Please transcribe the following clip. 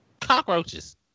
Cockroaches